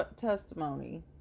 testimony